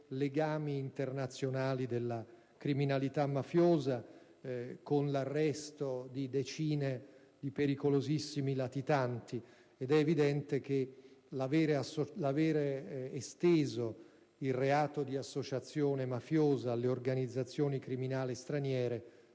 legami internazionali della criminalità mafiosa, con l'arresto di decine di pericolosissimi latitanti. È evidente che l'aver esteso il reato di associazione mafiosa alle organizzazioni criminali straniere